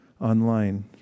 online